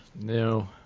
No